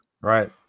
right